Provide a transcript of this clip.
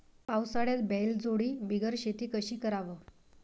पावसाळ्यात बैलजोडी बिगर शेती कशी कराव?